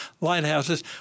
lighthouses